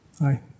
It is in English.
Hi